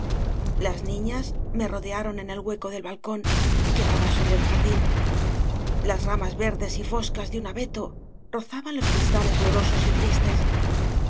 las niñas me rodearon en el hueco del balcón que daba sobre el jardín las ramas verdes y foscas de un abeto rozaban los cris tales llorosos y tristes